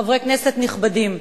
חברי כנסת נכבדים,